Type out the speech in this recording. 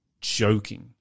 joking